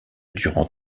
durant